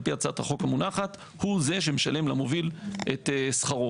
על פי הצעת החוק המונחת הוא זה שמשלם למוביל את שכרו.